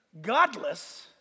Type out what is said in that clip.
godless